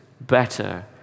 better